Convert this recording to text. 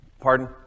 pardon